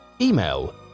Email